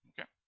Okay